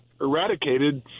eradicated